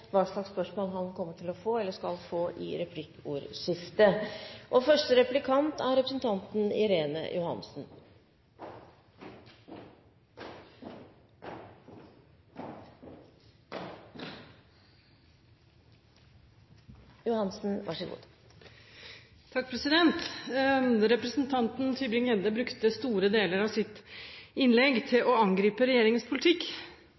hva slags spørsmål han kommer til å få eller skal få i replikkordskiftet. Representanten Tybring-Gjedde brukte store deler av sitt innlegg til å angripe regjeringens politikk.